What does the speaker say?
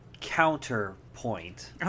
counterpoint